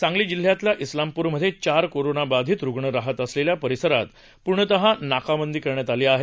सांगली जिल्ह्यातील इस्लामपूर मध्ये चार कोरोना बाधीत रुग्ण राहत असलेल्या परिसरात पूर्णतः नाकाबंदी करण्यात आली आहे